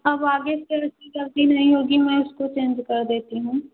अब आगे से उसकी ग़लती नहीं होगी मैं उसको चेंज कर देती हूँ